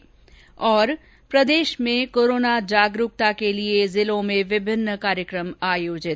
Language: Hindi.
्र प्रदेश में कोरोना जागरूकता के लिये जिलों में विभिन्न कार्यक्रम आयोजित